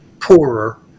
poorer